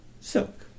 Silk